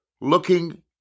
looking